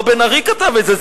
לא בן-ארי כתב את זה,